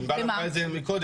ענבל אמרה את זה קודם,